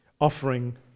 offering